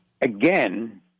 again